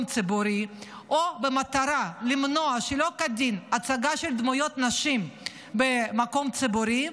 ציבורי או במטרה למנוע שלא כדין הצגה של דמויות נשים במקום ציבורי,